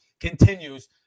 continues